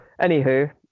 Anywho